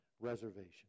reservation